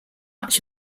much